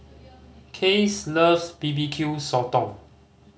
Case loves B B Q Sotong